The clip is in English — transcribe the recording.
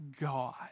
God